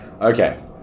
okay